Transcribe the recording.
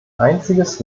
einziges